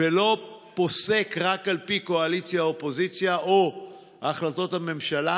ולא פוסק רק על פי קואליציה אופוזיציה או החלטות הממשלה,